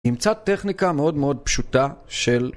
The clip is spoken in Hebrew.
אימצה טכניקה מאוד מאוד פשוטה של